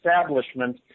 establishment